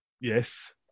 Yes